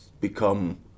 become